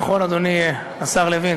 נכון, אדוני, השר לוין?